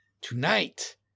Tonight